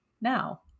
now